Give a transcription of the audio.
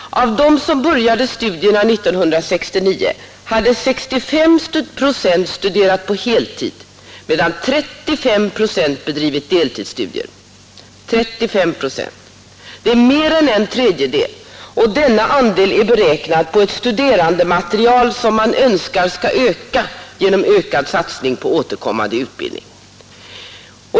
Av dem som påbörjade studierna 1969 hade ca 65 procent studerat på heltid medan 35 procent bedrivit deltidsstudier. 35 procent — det är mer än en tredjedel, och denna andel är beräknad på ett studerandematerial som man önskar skall öka genom ökad satsning på återkommande utbildning.